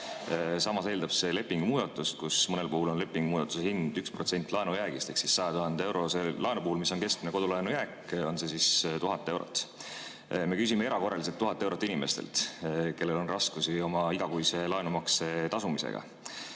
Samas eeldab see lepingu muudatust, mille hind mõnel puhul võib olla 1% laenujäägist ehk 100 000-eurose laenu puhul, mis on keskmine kodulaenu jääk, on see siis 1000 eurot. Me küsime erakorraliselt 1000 eurot inimestelt, kellel on raskusi oma igakuise laenumakse tasumisega.